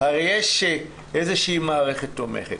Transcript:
הרי יש איזה מערכת תומכת.